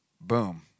boom